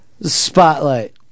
Spotlight